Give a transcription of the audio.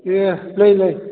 ꯑꯦ ꯂꯩ ꯂꯩ